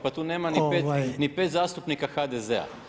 Pa tu nema ni 5 zastupnika HDZ-a.